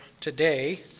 today